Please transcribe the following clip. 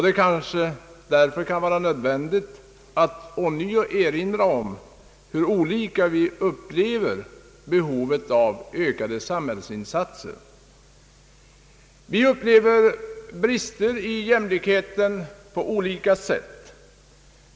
Det kanske därför kan vara befogat att ånyo erinra om hur olika vi upplever behovet av ökade samhällsinsatser. Vi upplever brister i jämlikheten på olika sätt.